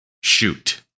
Shoot